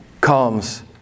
comes